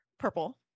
purple